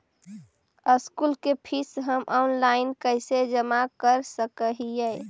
School के fees हम online कैसे जमा कर सक हिय?